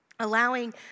Allowing